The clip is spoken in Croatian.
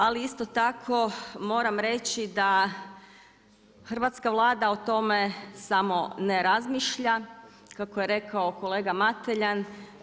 Ali isto tako moram reći da hrvatska Vlada o tome samo ne razmišlja, kako je rekao kolega Mateljan.